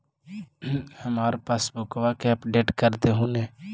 हमार पासबुकवा के अपडेट कर देहु ने?